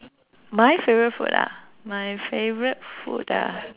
my favourite food ah my favourite food ah